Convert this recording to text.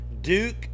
Duke